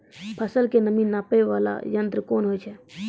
फसल के नमी नापैय वाला यंत्र कोन होय छै